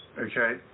Okay